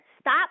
Stop